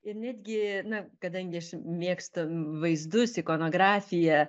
ir netgi na kadangi aš mėgstu vaizdus ikonografiją